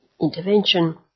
intervention